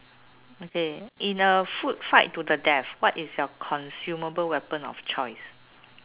okay in a food fight to the death what is your consumable weapon of choice